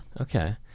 Okay